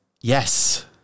yes